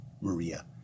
Maria